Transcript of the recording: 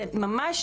זה ממש,